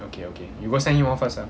okay okay you go send him off first ah